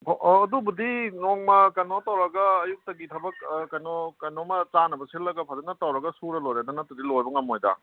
ꯑꯥ ꯑꯗꯨꯕꯨꯗꯤ ꯅꯣꯡꯃ ꯀꯩꯅꯣ ꯇꯧꯔꯒ ꯑꯌꯨꯛꯇꯒꯤ ꯊꯕꯛ ꯑꯥ ꯀꯩꯅꯣꯃ ꯆꯥꯅꯕ ꯁꯤꯜꯂꯒ ꯐꯖꯅ ꯇꯧꯔꯒ ꯁꯨꯔꯥ ꯂꯣꯏꯔꯦꯗ ꯅꯠꯇ꯭ꯔꯗꯤ ꯂꯣꯏꯕ ꯉꯝꯂꯣꯏꯗ